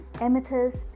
amethyst